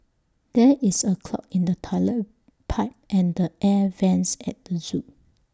there is A clog in the Toilet Pipe and the air Vents at the Zoo